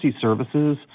services